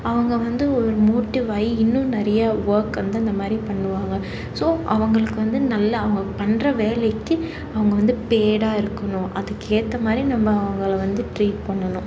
அவங்க வந்து ஒரு மோட்டிவ் ஆகி இன்னும் நிறையா ஒர்க் வந்து இந்தமாதிரி பண்ணுவாங்க ஸோ அவங்களுக்கு வந்து நல்ல அவங்க பண்ணுற வேலைக்கு அவங்க வந்து பேடாக இருக்கணும் அதுக்கேற்றமாரி நம்ம அவங்களை வந்து ட்ரீட் பண்ணணும்